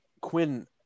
Quinn